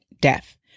death